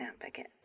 advocate